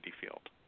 Field